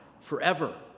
forever